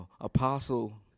Apostle